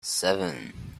seven